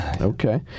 Okay